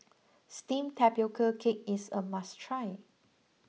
Steamed Tapioca Cake is a must try